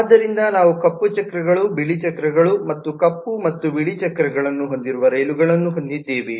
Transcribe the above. ಆದ್ದರಿಂದ ನಾವು ಕಪ್ಪು ಚಕ್ರಗಳು ಬಿಳಿ ಚಕ್ರಗಳು ಮತ್ತು ಕಪ್ಪು ಮತ್ತು ಬಿಳಿ ಚಕ್ರಗಳನ್ನು ಹೊಂದಿರುವ ರೈಲುಗಳನ್ನು ಹೊಂದಿದ್ದೇವೆ